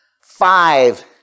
five